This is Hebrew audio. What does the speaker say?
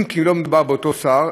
כי לא מדובר באותו שר,